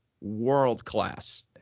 world-class